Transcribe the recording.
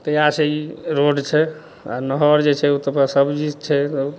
तऽ या छै ई रोड छै आओर नहर जे छै ओ तऽ सबचीज छै सब